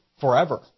forever